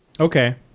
Okay